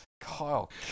Kyle